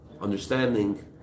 understanding